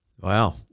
Wow